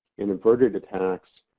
in averted attacks,